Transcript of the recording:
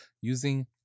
using